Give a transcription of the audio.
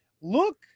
Look